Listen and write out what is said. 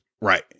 right